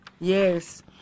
Yes